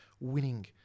winning